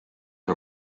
saa